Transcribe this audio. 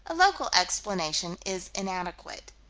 a local explanation is inadequate.